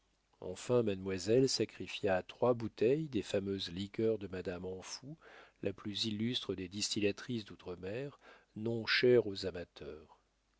enfin mademoiselle sacrifia trois bouteilles des fameuses liqueurs de madame amphoux la plus illustre des distillatrices d'outre-mer nom cher aux amateurs